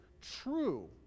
true